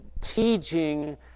teaching